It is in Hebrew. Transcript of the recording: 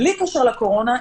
בלי קשר לקורונה,